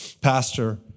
pastor